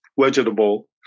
vegetable